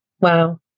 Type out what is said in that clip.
Wow